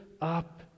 up